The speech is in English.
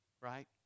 right